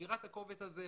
מכירה את הקובץ הזה,